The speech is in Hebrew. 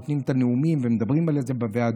נותנים את הנאומים ומדברים על זה בוועדות,